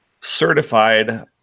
certified